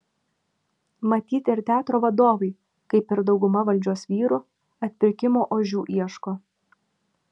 matyt ir teatro vadovai kaip ir dauguma valdžios vyrų atpirkimo ožių ieško